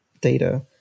data